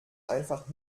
einfach